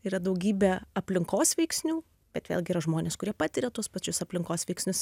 yra daugybė aplinkos veiksnių bet vėlgi yra žmonės kurie patiria tuos pačius aplinkos veiksnius